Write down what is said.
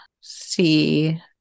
see